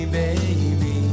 baby